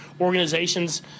organizations